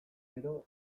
gero